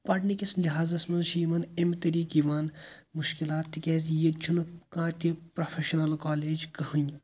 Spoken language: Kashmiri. پَرنٕکِس لحاظَس منٛز چھِ یِمَن اَمہِ طریٖقہ یِوان مُشکِلات تِکیٛازِ ییٚتہِ چھُنہٕ کانٛہہ تہِ پرٛوفٮ۪شَنَل کالیج کٕہۭنۍ